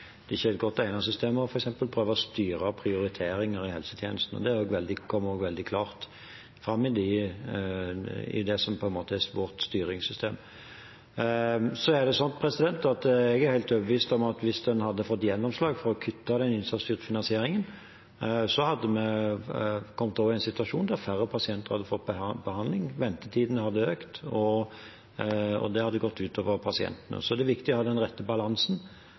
ikke et godt egnet system for f.eks. å prøve å styre prioriteringer i helsetjenesten. Det kommer veldig klart fram i det som på en måte er vårt styringssystem. Jeg er helt overbevist om at hvis en hadde fått gjennomslag for å kutte den innsatsstyrte finansieringen, hadde vi kommet over i en situasjon der færre pasienter hadde fått behandling, ventetiden hadde økt, og det hadde gått ut over pasientene. Så det er viktig å ha den rette balansen